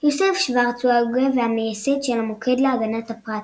יוסף שורץ הוא ההוגה והמייסד של המוקד להגנת הפרט,